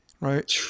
right